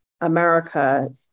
america